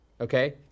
Okay